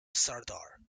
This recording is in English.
sardar